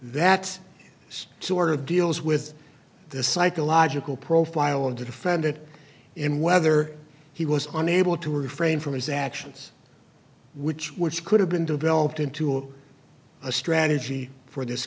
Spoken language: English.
that's sort of deals with the psychological profile of the defendant in whether he was unable to refrain from his actions which which could have been developed into a strategy for this